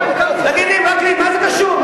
תגיד לי, וקנין, מה זה קשור?